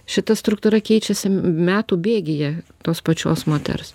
šita struktūra keičiasi metų bėgyje tos pačios moters